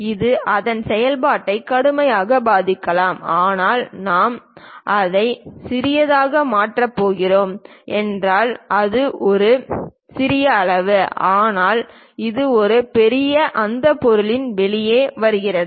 அது அதன் செயல்பாட்டை கடுமையாக பாதிக்கலாம் ஆனால் நாம் அதை சிறியதாக மாற்றப் போகிறோம் என்றால் இது ஒரு சிறிய அளவு ஆனால் இது ஒரு பெரியது அந்த பொருளிலிருந்து வெளியே வருகிறது